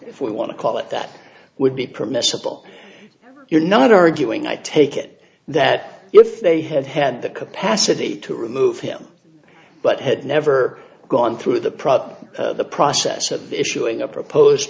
if we want to call it that would be permissible you're not arguing i take it that if they have had the capacity to remove him but had never gone through the problem the process of issuing a proposed